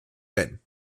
rennen